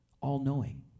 all-knowing